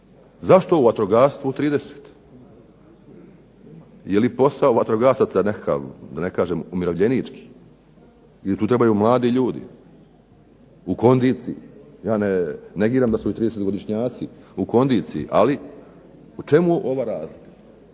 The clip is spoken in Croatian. Zašto u vatrogastvu 30? Je li posao vatrogasaca nekakav da ne kažem umirovljenički ili tu trebaju mladi ljudi, u kondiciji. Ja ne negiram da su i 30-godišnjaci u kondiciji, ali u čemu ova razlika.